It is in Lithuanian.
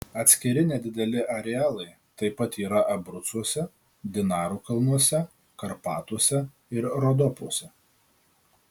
atskiri nedideli arealai taip pat yra abrucuose dinarų kalnuose karpatuose ir rodopuose